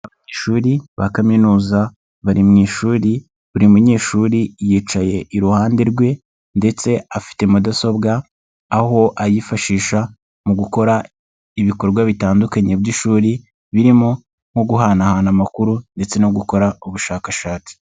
Ishuri ba kaminuza bari mu ishuri buri munyeshuri yicaye iruhande rwe, ndetse afite mudasobwa aho ayifashisha mu gukora ibikorwa bitandukanye by'ishuri, birimo nko guhanahana amakuru ndetse no gukora ubushakashatsi.